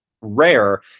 rare